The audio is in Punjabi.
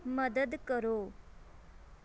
ਮਦਦ ਕਰੋ